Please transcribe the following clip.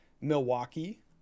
Milwaukee